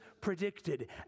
predicted